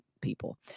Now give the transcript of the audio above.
people